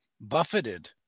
buffeted